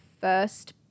first